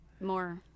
more